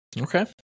Okay